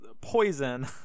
poison